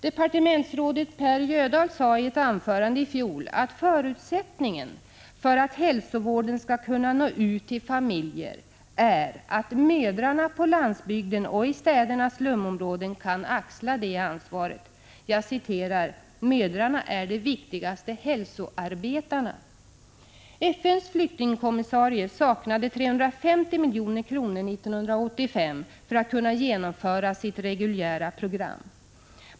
Departementsrådet Per Jödahl sade i ett anförande i fjol att förutsättningen för att hälsovården skall kunna nå ut till familjer är att mödrarna på landsbygden och i städernas slumområden kan axla det ansvaret. Jag citerar: ”Mödrarna är de viktigaste hälsoarbetarna.” FN:s flyktingkommissarie saknade 350 milj.kr. 1985 för att kunna genomföra sitt reguljära program.